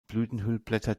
blütenhüllblätter